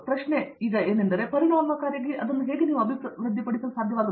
ಪ್ರಶ್ನೆ ಹೇಗೆ ಪರಿಣಾಮಕಾರಿಯಾಗಿ ನೀವು ಅಭಿವೃದ್ಧಿಪಡಿಸಲು ಸಾಧ್ಯವಾಗುತ್ತದೆ